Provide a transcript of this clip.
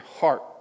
heart